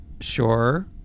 Sure